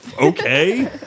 okay